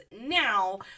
now